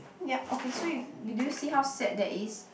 yup okay so you do you see how sad that is